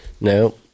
No